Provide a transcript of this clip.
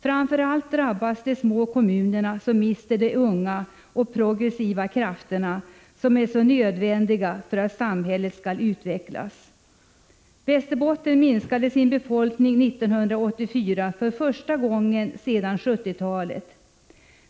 Framför allt drabbas de små kommunerna som mister de unga och progressiva krafterna, vilka är så nödvändiga för att samhället skall utvecklas. Västerbotten minskade sin befolkning 1984 för första gången sedan 1970-talet.